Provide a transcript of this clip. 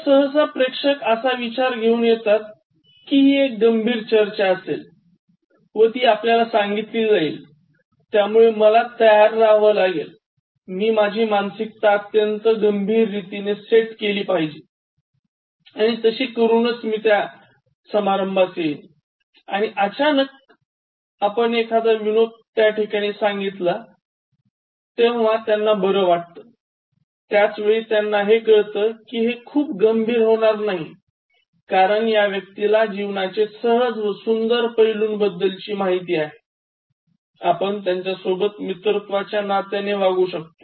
तर सहसा प्रेक्षक असा विचार घेऊन येतात की ही एक गंभीर चर्चा असेल व ती आपल्याला सांगितला जाईल त्यामुळे मला तयार राहवं लागेल मी माझी मानसिकता अत्यंत गंभीर रीतीने सेट केली पाहिजे आणि अचानक आपण एखादा विनोद त्याठिकाणी सांगितलं तेव्हा त्यांना बरं वाटत व त्याचवेळी त्यांना हे कळत कि हे खूप गंभीर होणार नाही कारण या व्यक्तीला जीवनाचे सहज व सुन्दर पैलू माहिती आहेत आपण त्याच्यासोबत मित्रत्वाच्या नात्याने वागू शकतो